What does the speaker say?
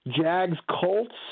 Jags-Colts